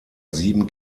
sieben